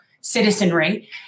citizenry